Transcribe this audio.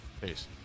Peace